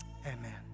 amen